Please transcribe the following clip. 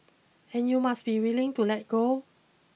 and you must be willing to let go